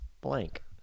blank